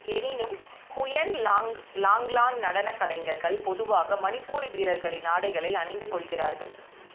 எனினும் ஹுயென் லாங் லாங்லான் நடனக்கலைஞர்கள் பொதுவாக மணிப்பூரி வீரர்களின் ஆடைகளை அணிந்துக்கொள்கிறார்கள்